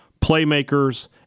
playmakers